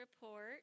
report